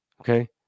Okay